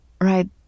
right